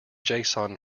json